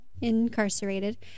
incarcerated